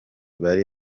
bari